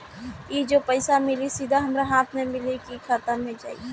ई जो पइसा मिली सीधा हमरा हाथ में मिली कि खाता में जाई?